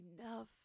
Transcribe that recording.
enough